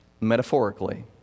metaphorically